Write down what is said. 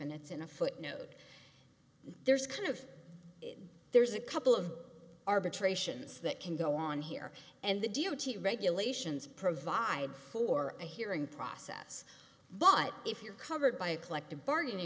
and it's in a footnote there's kind of there's a couple of arbitrations that can go on here and the d o t regulations provide for a hearing process but if you're covered by a collective bargaining